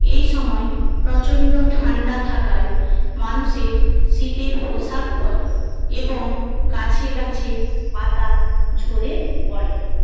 এই সময়ে প্রচণ্ড ঠান্ডা থাকায় মানুষের শীতের পোশাক পরে এবং গাছে গাছে পাতা ঝরে পড়ে